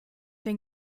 den